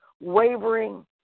wavering